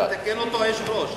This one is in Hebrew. אפשר לתקן אותו?